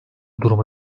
durumu